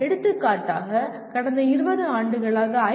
எடுத்துக்காட்டாக கடந்த 20 ஆண்டுகளாக ஐ